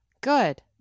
Good